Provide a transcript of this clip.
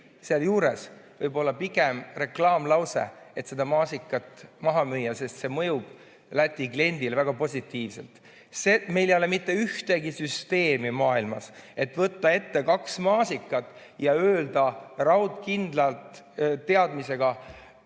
seal juures võib olla pigem reklaamlause, et maasikat maha müüa, sest see mõjub Läti kliendile väga positiivselt. Meil ei ole mitte ühtegi süsteemi maailmas, et saaks võtta ette kaks maasikat ja öelda raudkindla teadmisega,